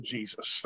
Jesus